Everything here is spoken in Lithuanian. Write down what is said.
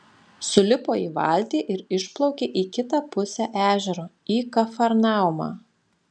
sulipo į valtį ir išplaukė į kitą pusę ežero į kafarnaumą